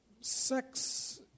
Sex